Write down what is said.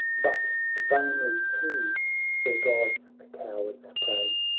but vainly to their gods the cowards pray.